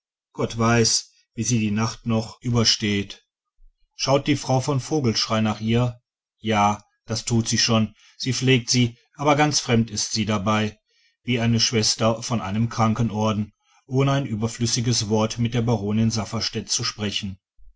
gott weiß wie sie die nacht noch übersteht schaut die frau von vogelschrey nach ihr ja das tut sie schon sie pflegt sie aber ganz fremd ist sie dabei wie eine schwester von einem krankenorden ohne ein überflüssiges wort mit der baronin safferstätt zu sprechen